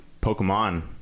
Pokemon